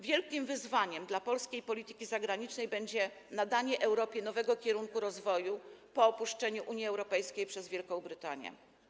Wielkim wyzwaniem dla polskiej polityki zagranicznej będzie nadanie Europie nowego kierunku rozwoju po opuszczeniu Unii Europejskiej przez Wielką Brytanię.